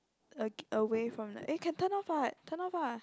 awa~ away from that eh can turn off what turn off uh